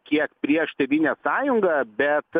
kiek prieš tėvynės sąjungą bet